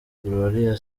gloria